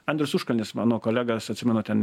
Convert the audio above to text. andrius užkalnis mano kolegas atsimenu ten